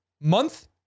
month